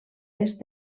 est